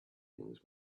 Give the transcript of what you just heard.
things